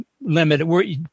limited